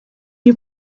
you